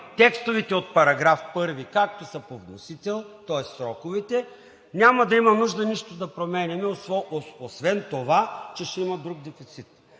текстовете от § 1, както са по вносител, тоест сроковете, няма да има нужда нищо да променяме, освен това, че ще има друг дефицит.